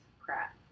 crap